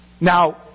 Now